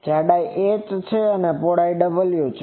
જાડાઈ h અને પહોળાઈ w છે